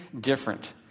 different